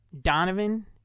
Donovan